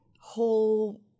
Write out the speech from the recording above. whole